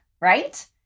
right